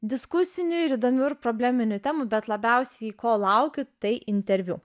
diskusinių ir įdomių ir probleminių temų bet labiausiai ko laukiu tai interviu